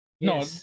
No